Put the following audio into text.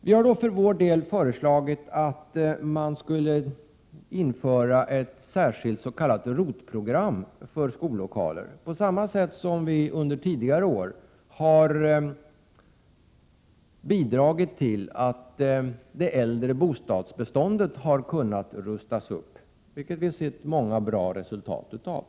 Vi har därför föreslagit att man skall starta ett särskilt s.k. ROT-program för skollokaler, på samma sätt som man under tidigare år har bidragit till att det äldre bostadsbeståndet har kunnat rustas upp, vilket vi sett många bra resultat av.